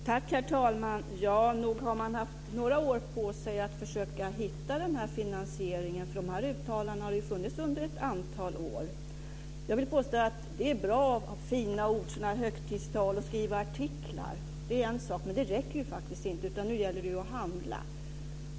Herr talman! Nog har man haft några år på sig att försöka hitta den här finansieringen. De här uttalandena har ju funnits under ett antal år. Jag vill påstå att det är bra att använda fina ord, hålla sådana här högtidstal och skriva artiklar. Det är en sak, men det räcker faktiskt inte, utan nu gäller det att handla.